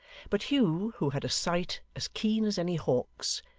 but hugh, who had a sight as keen as any hawk's,